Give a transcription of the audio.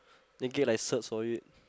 then get like certs for it